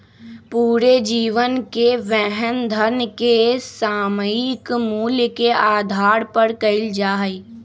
पूरे जीवन के वहन धन के सामयिक मूल्य के आधार पर कइल जा हई